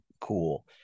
cool